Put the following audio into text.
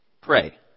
pray